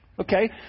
Okay